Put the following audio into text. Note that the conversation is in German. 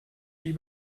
die